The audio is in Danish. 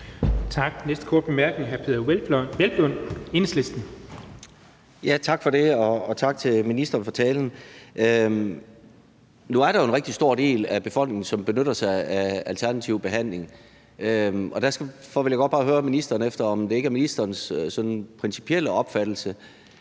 Enhedslisten. Kl. 11:48 Peder Hvelplund (EL): Tak for det, og tak til ministeren for talen. Nu er der jo en rigtig stor del af befolkningen, som benytter sig af alternativ behandling. Derfor vil jeg bare godt høre ministeren, om det ikke er ministerens sådan principielle opfattelse,